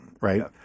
right